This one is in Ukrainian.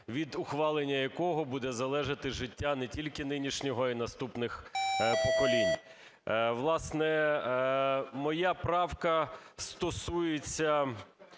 від ухвалення якого буде залежати життя не тільки нинішнього, а і наступних поколінь. Власне, моя правка стосується